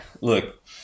Look